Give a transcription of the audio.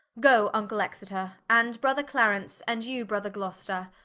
goe vnckle exeter, and brother clarence, and you brother gloucester,